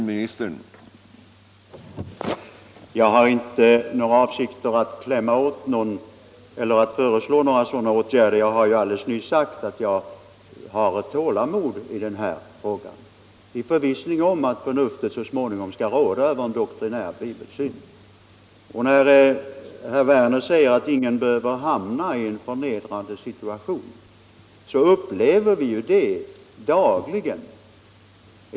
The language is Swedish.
Herr talman! Jag har inte några avsikter att klämma åt någon eller att föreslå några sådana åtgärder att förnuftet så småningom skall råda över en doktrinär bibelsyn. Herr Werner i Malmö säger att ingen behöver hamna i en förnedrande situation. Men vi upplever ju det dagligen.